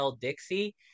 Dixie